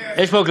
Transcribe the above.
יש פה כללים,